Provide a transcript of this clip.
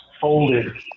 folded